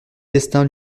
destin